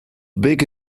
big